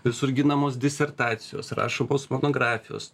visur ginamos disertacijos rašomos monografijos